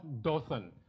Dothan